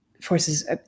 Forces